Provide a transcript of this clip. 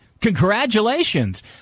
Congratulations